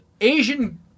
Asian